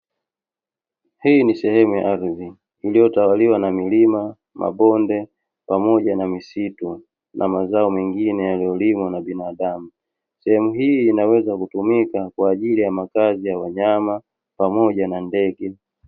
Hii ni sehemu ya ardhi iliyotawaliwa na milima, mabonde pamoja na misitu na mazao mengine yaliyolimwa na binadamu. Sehemu hii inaweza kutumika kwa ajili ya makazi ya wanyama pamoja na ndege.